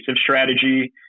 strategy